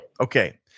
Okay